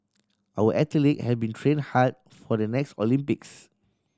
our athlete have been train hard for the next Olympics